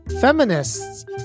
Feminists